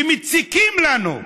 שמציקים לנו?